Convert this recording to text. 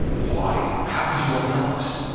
why? how could you not tell us?